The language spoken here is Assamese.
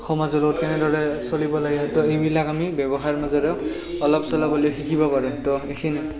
সমাজৰ লগত কেনেদৰে চলিব লাগে তো এইবিলাক আমি ব্যৱসায়ৰ মাজেৰেও অলপ চলপ হ'লেও শিকিব পাৰি তো এইখিনি